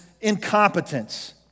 incompetence